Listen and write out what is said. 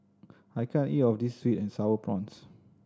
I can't eat all of this sweet and Sour Prawns